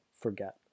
forget